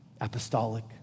apostolic